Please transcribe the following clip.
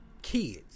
kids